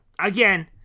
again